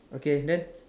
okay then